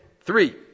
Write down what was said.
Three